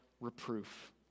reproof